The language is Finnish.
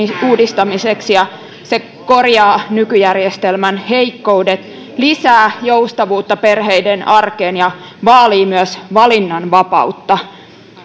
uudistamiseksi ja se korjaa nykyjärjestelmän heikkoudet lisää joustavuutta perheiden arkeen ja vaalii myös valinnanvapautta